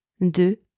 de